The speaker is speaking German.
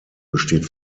besteht